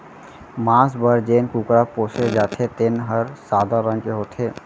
मांस बर जेन कुकरा पोसे जाथे तेन हर सादा रंग के होथे